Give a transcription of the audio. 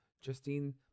Justine